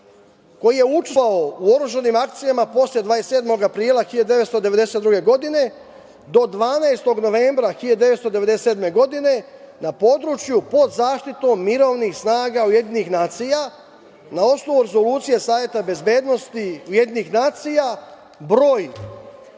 koji je učestvovao u oružanim akcijama posle 27. aprila 1992. godine do 12. novembra 1997. godine na području pod zaštitom mirovnih snaga Ujedinjenih nacija, na osnovu Rezolucije Saveta bezbednosti Ujedinjenih nacija, broj